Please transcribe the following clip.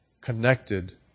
connected